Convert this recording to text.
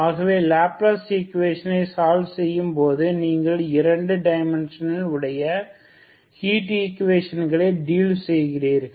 ஆகவே லேப்லஸ் ஈக்குவெஷனை சால்வ்செய்யும் போது நீங்கள் இரண்டு டைமென்ஷன் உடைய ஹீட் ஈக்குவேஷன்களை டீல் செய்கிறீர்கள்